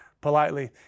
politely